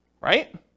right